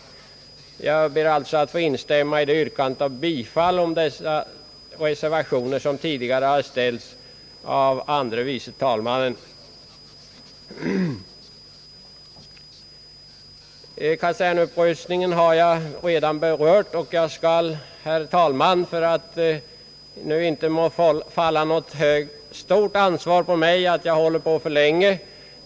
Jag ber alltså att få instämma i det yrkande om bifall till dessa reservationer som tidigare har ställts av andre vice talmannen. Kasernupprustningen har jag redan berört, och det må inte på mig falla något ansvar för att jag skulle tala för länge.